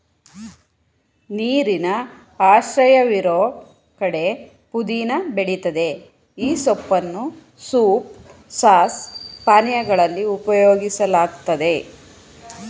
ನೀರಿನ ಆಶ್ರಯವಿರೋ ಕಡೆ ಪುದೀನ ಬೆಳಿತದೆ ಈ ಸೊಪ್ಪನ್ನು ಸೂಪ್ ಸಾಸ್ ಪಾನೀಯಗಳಲ್ಲಿ ಉಪಯೋಗಿಸಲಾಗ್ತದೆ